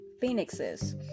phoenixes